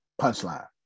punchline